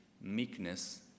meekness